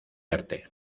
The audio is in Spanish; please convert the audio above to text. arte